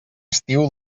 estiu